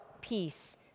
peace